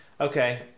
Okay